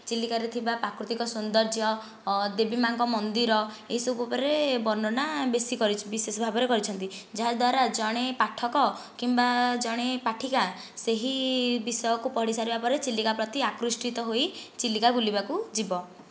ଚିଲିକାରେ ଥିବା ପ୍ରାକୃତିକ ସୌନ୍ଦର୍ଯ୍ୟ ଓ ଦେବୀମାଙ୍କ ମନ୍ଦିର ଏହିସବୁ ଉପରେ ବର୍ଣ୍ଣନା ବେଶୀ କରି ବିଶେଷ ଭାବରେ କରିଛନ୍ତି ଯାହାଦ୍ୱାରା ଜଣେ ପାଠକ କିମ୍ବା ଜଣେ ପାଠିକା ସେହି ବିଷୟକୁ ପଢ଼ି ସାରିବା ପରେ ଚିଲିକା ପ୍ରତି ଅକୃଷ୍ଟିତ ହୋଇ ଚିଲିକା ବୁଲିବାକୁ ଯିବ